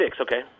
okay